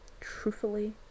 truthfully